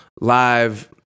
live